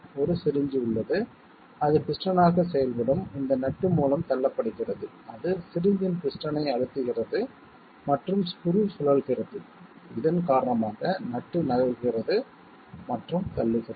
ஒரு சிரிஞ்ச் உள்ளது அது பிஸ்டனாக செயல்படும் இந்த நட்டு மூலம் தள்ளப்படுகிறது அது சிரிஞ்சின் பிஸ்டனை அழுத்துகிறது மற்றும் ஸ்குரு சுழல்கிறது இதன் காரணமாக நட்டு நகர்கிறது மற்றும் தள்ளுகிறது